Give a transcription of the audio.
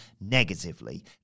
negatively